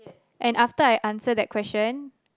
and after I answer that question